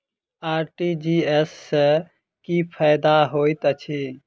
RTGS सँ की फायदा होइत अछि?